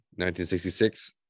1966